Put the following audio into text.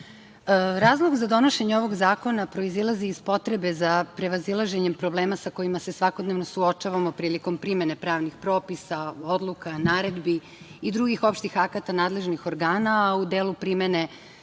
razlog za donošenje ovog zakona proizilazi iz potrebe za prevazilaženjem problema sa kojima se svakodnevno suočavamo prilikom primene pravnih propisa, odluka, naredbi i drugih opštih akata nadležnih organa u delu primene